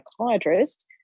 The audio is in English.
psychiatrist